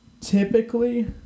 Typically